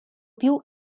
più